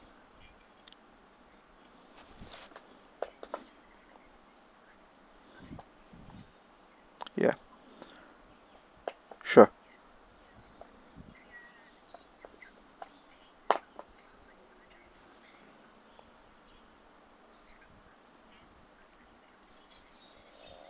yeah sure